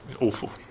Awful